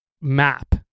map